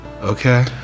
Okay